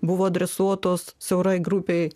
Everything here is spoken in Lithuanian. buvo adresuotos siaurai grupei